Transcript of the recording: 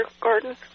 garden